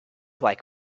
like